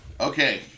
Okay